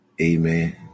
Amen